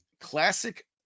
classic